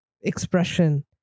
expression